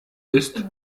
ist